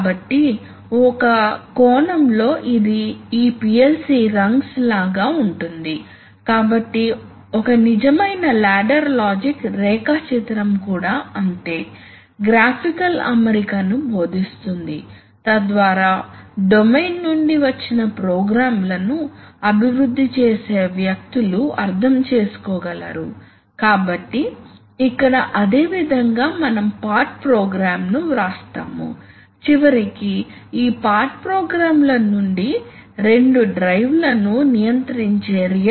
కాబట్టి కొన్ని నిర్దిష్ట సందర్భాల్లో ఇది అవసరం ప్రత్యేకించి మీరు చెప్పే ఎలక్ట్రిక్ పరికరాల నుండి పేలుడు గురించి పెద్ద భయం ఉన్నచోట ఇది నేచురల్ గ్యాస్ ప్లాంట్ అని చెప్పండి వారు ఎలక్ట్రిక్ పరికరాలను ఉపయోగిస్తున్నారు ఎందుకంటే చాలా జాగ్రత్తలు తీసుకోవాలి ఒక సింగిల్ స్పార్క్ పెద్ద అగ్ని ప్రమాదం పేలుడుకు కారణమవుతుంది అదేవిధంగా కొన్ని సందర్భాల్లో చాలా వేడి వాతావరణాలు ఉన్నాయి ఇక్కడ మీకు ఎలక్ట్రిక్ ఇన్సులేషన్ ను నిర్వహించడం సమస్య